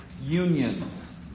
unions